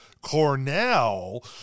Cornell